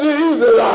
Jesus